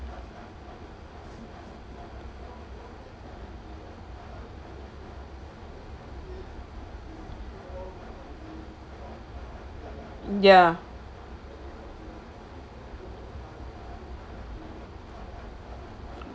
ya